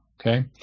Okay